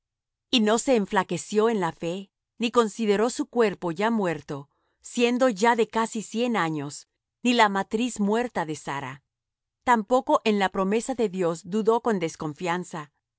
y no se enflaqueció en la fe ni consideró su cuerpo ya muerto siendo ya de casi cien años ni la matriz muerta de sara tampoco en la promesa de dios dudó con